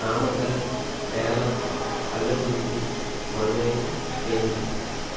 Namakkal Salem Kallakurichi Madurai Theni